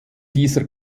dieser